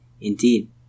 Indeed